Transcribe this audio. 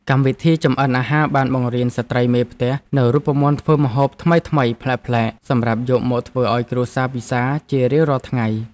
កម្មវិធីចម្អិនអាហារបានបង្រៀនស្ត្រីមេផ្ទះនូវរូបមន្តធ្វើម្ហូបថ្មីៗប្លែកៗសម្រាប់យកមកធ្វើឱ្យគ្រួសារពិសារជារៀងរាល់ថ្ងៃ។